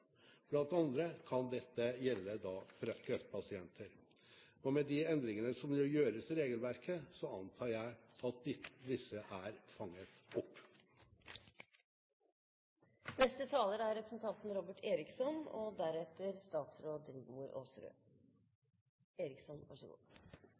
Blant andre kan dette gjelde kreftpasienter. Med de endringene som nå gjøres i regelverket, antar jeg at disse er fanget